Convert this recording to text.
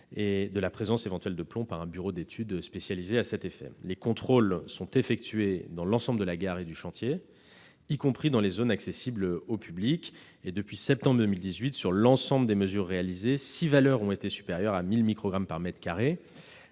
de la présence éventuelle de plomb par un bureau d'études spécialisé. Les contrôles sont effectués dans l'ensemble de la gare et du chantier, y compris dans les zones accessibles au public. Depuis septembre 2018, sur l'ensemble des mesures réalisées, six valeurs ont été supérieures à 1 000 microgrammes par mètre carré,